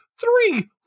Three